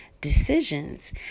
decisions